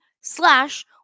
slash